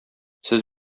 сез